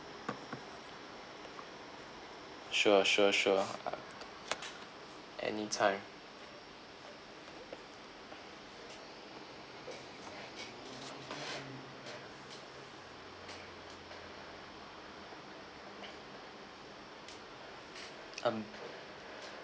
sure sure sure anytime um